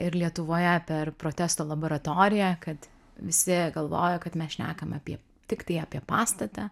ir lietuvoje per protesto laboratoriją kad visi galvojo kad mes šnekam apie tiktai apie pastatą